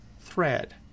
thread